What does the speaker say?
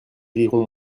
riront